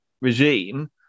regime